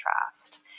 contrast